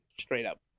straight-up